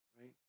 right